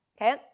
okay